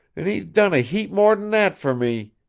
an' he done a heap more'n that fer me!